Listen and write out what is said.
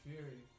Fury